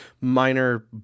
minor